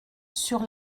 sur